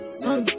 sun